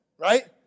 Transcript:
right